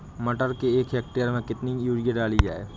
मटर के एक हेक्टेयर में कितनी यूरिया डाली जाए?